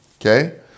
Okay